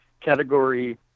category